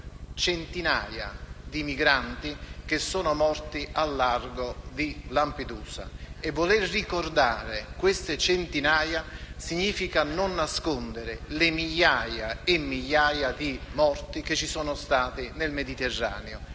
centinaia di migranti morti a largo di Lampedusa. Voler ricordare quelle centinaia significa non nascondere le migliaia e migliaia di morti verificatesi nel Mediterraneo,